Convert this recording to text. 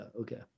okay